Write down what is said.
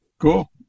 cool